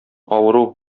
авыру